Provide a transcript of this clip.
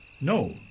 No